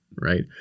right